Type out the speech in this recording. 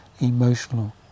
emotional